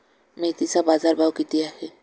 मेथीचा बाजारभाव किती आहे?